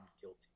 guilty